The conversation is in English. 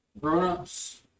Grownups